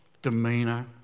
demeanor